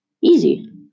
Easy